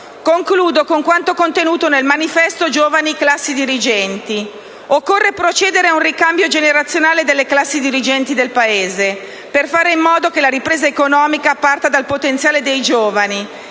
Concludo con quanto contenuto nel Manifesto delle giovani classi dirigenti: occorre procedere a un ricambio generazionale delle classi dirigenti del Paese per fare in modo che la ripresa economica parta dal potenziale dei giovani;